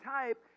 type